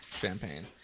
Champagne